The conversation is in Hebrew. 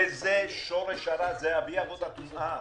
זה שורש הרע, אבי אבות הטומאה.